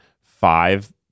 five